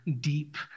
deep